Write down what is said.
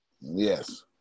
yes